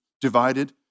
divided